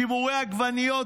שימורי עגבניות,